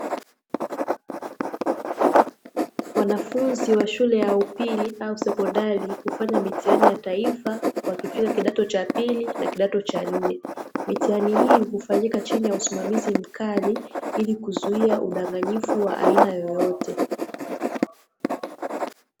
Wanafunzi wa shule ya upili au sekondari hufanya mitihani ya taifa wakifika kidato cha pili na nne, mitihani hii hufanyika chini ya usimamizi mkali ili kuzuia udanganyifu wa aina yeyote.